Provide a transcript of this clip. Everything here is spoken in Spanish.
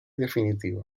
definitiva